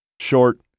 Short